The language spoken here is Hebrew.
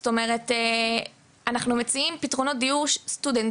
זאת אומרת מה שאנחנו מציעים זה בעצם פתרונות דיור סטודנטיאליים,